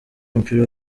w’umupira